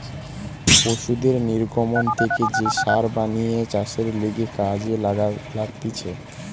পশুদের নির্গমন থেকে যে সার বানিয়ে চাষের লিগে কাজে লাগতিছে